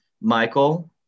Michael